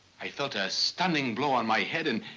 i felt a stunning blow on my head and,